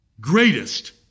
greatest